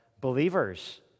believers